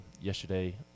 yesterday